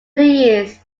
east